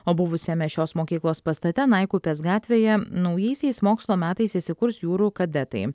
o buvusiame šios mokyklos pastate naikupės gatvėje naujaisiais mokslo metais įsikurs jūrų kadetai